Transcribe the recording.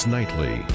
Nightly